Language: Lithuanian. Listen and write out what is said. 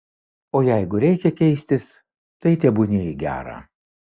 o jeigu reikia keistis tai tebūnie į gera